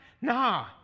Nah